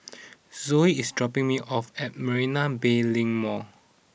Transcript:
Zoey is dropping me off at Marina Bay Link Mall